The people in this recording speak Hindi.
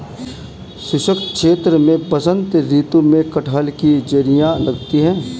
शुष्क क्षेत्र में बसंत ऋतु में कटहल की जिरीयां लगती है